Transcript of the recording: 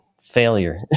failure